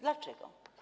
Dlaczego?